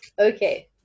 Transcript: Okay